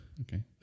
Okay